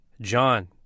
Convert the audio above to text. John